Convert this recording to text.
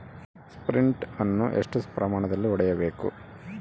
Sprint ಅನ್ನು ಎಷ್ಟು ಪ್ರಮಾಣದಲ್ಲಿ ಹೊಡೆಯಬೇಕು?